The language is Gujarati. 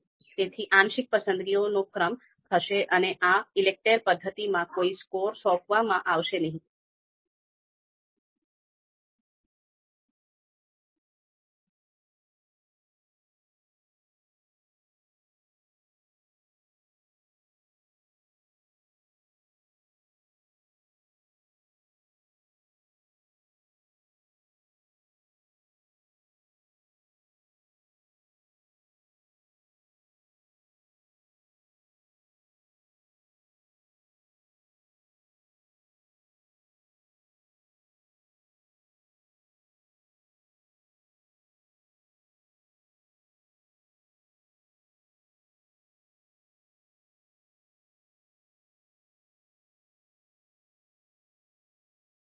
તેથી આ પ્રકારની પસંદગીની સમસ્યાઓ ઉકેલવા માટે ઈલેકટેર પદ્ધતિઓનો ઉપયોગ કરી શકાય છે ઈલેકટેર ઈલેકટેર I જે તેનું અદ્યતન સંસ્કરણ છે અને ઈલેકટેર Iv જ્યાં v એ વીટો ખ્યાલ માટે વપરાય છે જે આ પદ્ધતિના વિશિષ્ટ સંસ્કરણમાં રજૂ કરવામાં આવ્યું હતું